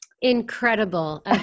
incredible